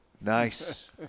Nice